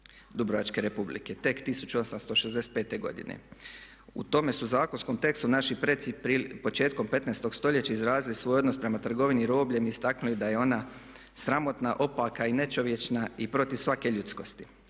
Dubrovačke Republike, tek 1865. godine. U tome su zakonskom tekstu naši predci početkom 15. stoljeća izrazili svoj odnos prema trgovini robljem i istaknuli da je ona sramotna, opaka i nečovječna i protiv svake ljudskosti.